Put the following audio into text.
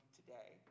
today